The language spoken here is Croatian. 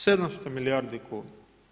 700 milijardi kuna!